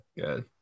good